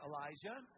Elijah